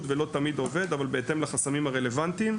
ולא תמיד עובד בהתאם לחסמים הרלוונטיים.